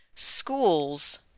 Schools